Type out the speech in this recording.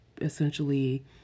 essentially